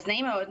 אז נעים מאוד,